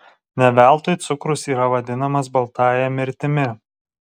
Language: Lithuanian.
ne veltui cukrus yra vadinamas baltąja mirtimi